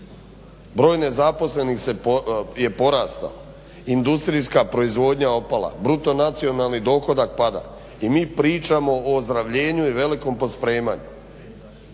Broj nezaposlenih je porastao, industrijska proizvodnja je opala, BDP pada, i mi pričamo o ozdravljenju i velikom pospremanju